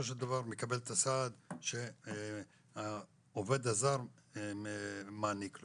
של דבר מקבל את הסעד שהעובד הזר מעניק לו.